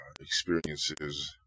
experiences